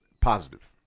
Positive